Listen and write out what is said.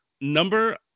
Number